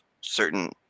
certain